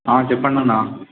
చెప్పండి అన్న